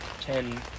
ten